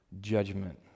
judgment